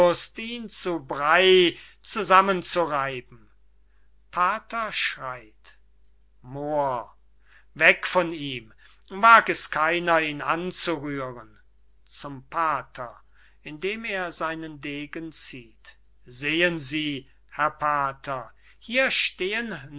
zu brey zusammenzureiben pater schreyt moor weg von ihm wag es keiner ihn anzurühren zum pater indem er seinen degen zieht sehen sie herr pater hier stehen